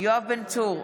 יואב בן צור,